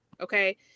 okay